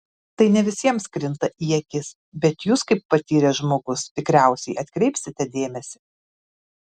tai ne visiems krinta į akis bet jūs kaip patyręs žmogus tikriausiai atkreipsite dėmesį